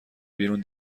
بیرون